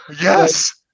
Yes